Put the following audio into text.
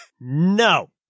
No